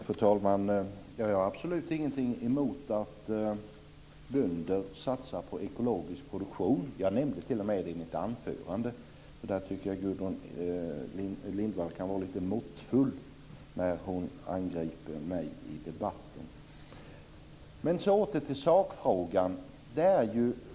Fru talman! Jag har absolut ingenting emot att bönder satsar på ekologisk produktion. Jag nämnde det t.o.m. i mitt anförande, så jag tycker att Gudrun Lindvall kan vara lite måttfull när hon angriper mig i debatten. Låt oss återgå till sakfrågan.